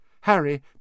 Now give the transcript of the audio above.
Harry